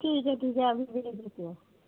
ठीक ऐ ठीक ऐ अभी भेज देते हैं